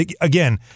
again